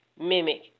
mimic